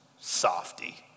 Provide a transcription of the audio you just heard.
Softy